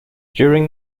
during